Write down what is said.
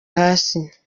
hasi